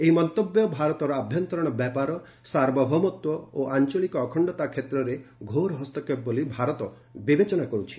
ଏହି ମନ୍ତବ୍ୟ ଭାରତର ଆଭ୍ୟନ୍ତରୀଣ ବ୍ୟାପାର ସାର୍ବଭୌମତ୍ୱ ଓ ଆଞ୍ଚଳିକ ଅଖଣ୍ଡତା କ୍ଷେତ୍ରରେ ଘୋର ହସ୍ତକ୍ଷେପ ବୋଲି ଭାରତ ବିବେଚନା କରୁଛି